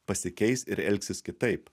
pasikeis ir elgsis kitaip